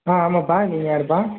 ஆ ஆமாப்பா நீங்கள் யாருப்பா